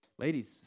Ladies